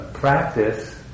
practice